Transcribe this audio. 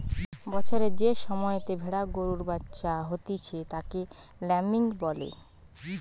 বছরের যে সময়তে ভেড়া গুলার বাচ্চা হতিছে তাকে ল্যাম্বিং বলে